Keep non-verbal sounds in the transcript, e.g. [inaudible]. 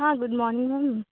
good morning [unintelligible]